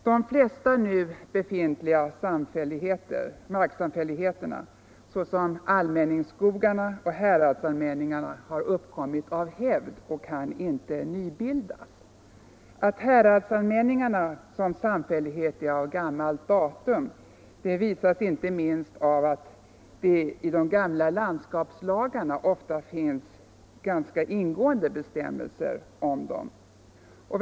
De flesta nu befintliga marksamfälligheterna, såsom allmänningsskogarna och häradsallmänningarna, har uppkommit av hävd och kan inte nybildas. Att häradsallmänningarna som samfälligheter är av gammalt datum visas inte minst av att det i de gamla landskapslagarna ofta finns ganska ingående bestämmelser om dem.